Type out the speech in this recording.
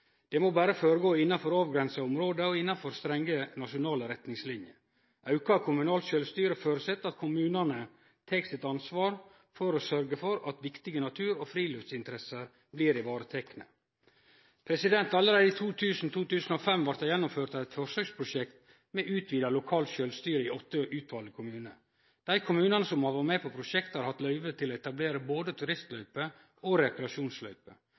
Det må berre føregå innanfor avgrensa område og innanfor strenge nasjonale retningslinjer. Auka kommunalt sjølvstyre føreset at kommunane tek sitt ansvar for å sørgje for at viktige natur- og friluftsinteresser blir tekne vare på. Allereie i perioden 2000–2005 vart det gjennomført eit forsøksprosjekt med utvida lokalt sjølvstyre i åtte utvalte kommunar. Dei kommunane som har vore med på prosjektet, har hatt løyve til å etablere både turistløype og